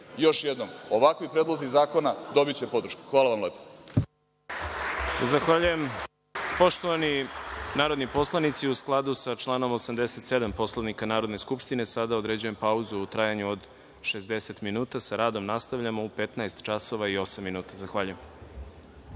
još jednom, ovakvi predlozi zakona dobiće podršku. Hvala vam lepo. **Đorđe Milićević** Zahvaljujem. Poštovani narodni poslanici, u skladu sa članom 87. Poslovnika Narodne skupštine, sada određujem pauzu u trajanju od 60 minuta. Sa radom nastavljamo u 15 časova i 8 minuta. Zahvaljujem.(Posle